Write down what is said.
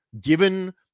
given